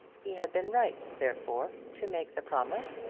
he had been right therefore to make the promise,